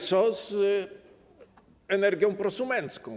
Co z energią prosumencką?